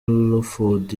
hellofood